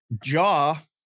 jaw